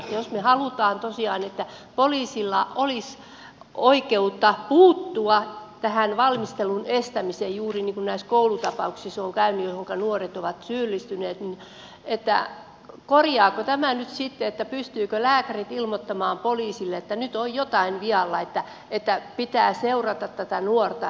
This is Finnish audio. jos me haluamme tosiaan että poliisilla olisi oikeus puuttua tähän valmisteluun juuri niin kuin näissä koulutapauksissa on käynyt joihinka nuoret ovat syyllistyneet niin korjaako tämä nyt sitten sen että lääkärit pystyvät ilmoittamaan poliisille että nyt on jotain vialla pitää seurata tätä nuorta